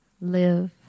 live